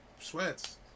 sweats